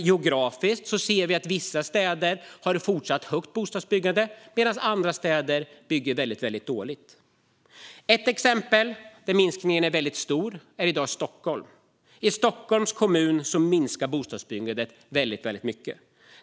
Geografiskt ser vi att vissa städer har ett fortsatt högt bostadsbyggande, medan andra städer bygger väldigt lite. Ett exempel där minskningen är väldigt stor är i dag Stockholm. I Stockholms kommun minskar bostadsbyggandet väldigt mycket.